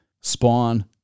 spawn